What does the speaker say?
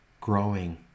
growing